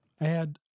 add